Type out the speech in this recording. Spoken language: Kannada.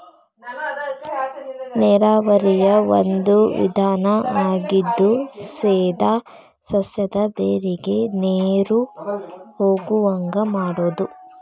ನೇರಾವರಿಯ ಒಂದು ವಿಧಾನಾ ಆಗಿದ್ದು ಸೇದಾ ಸಸ್ಯದ ಬೇರಿಗೆ ನೇರು ಹೊಗುವಂಗ ಮಾಡುದು